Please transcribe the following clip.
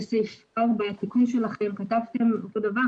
בתיקון שלכם אותו דבר,